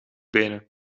benen